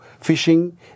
fishing